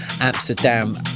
Amsterdam